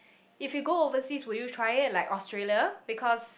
if you go overseas would you try it like Australia because